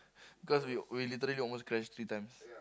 cause we we literally almost crash three times